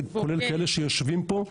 גם חלק מאלה שיושבים פה,